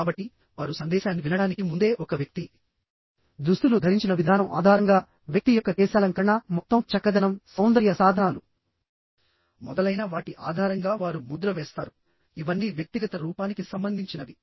కాబట్టి వారు సందేశాన్ని వినడానికి ముందే ఒక వ్యక్తి దుస్తులు ధరించిన విధానం ఆధారంగా వ్యక్తి యొక్క కేశాలంకరణ మొత్తం చక్కదనం సౌందర్య సాధనాలు మొదలైన వాటి ఆధారంగా వారు ముద్ర వేస్తారు ఇవన్నీ వ్యక్తిగత రూపానికి సంబంధించినవి